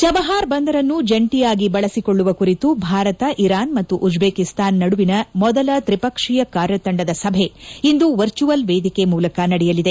ಚಬಹಾರ್ ಬಂದರನ್ನು ಜಂಟಿಯಾಗಿ ಬಳಸಿಕೊಳ್ಳುವ ಕುರಿತು ಭಾರತ ಇರಾನ್ ಮತ್ತು ಉಜ್ಬೇಕಿಸ್ತಾನ್ ನಡುವಿನ ಮೊದಲ ತ್ರಿಪಕ್ಷೀಯ ಕಾರ್ಯತಂಡದ ಸಭೆ ಇಂದು ವರ್ಚುವಲ್ ವೇದಿಕೆ ಮೂಲಕ ನಡೆಯಲಿದೆ